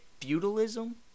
feudalism